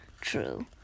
true